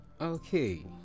okay